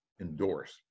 endorse